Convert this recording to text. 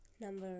Number